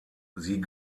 sie